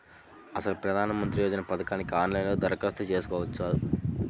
అసలు ప్రధాన మంత్రి యోజన పథకానికి ఆన్లైన్లో దరఖాస్తు చేసుకోవచ్చా?